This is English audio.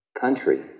country